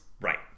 Right